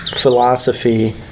philosophy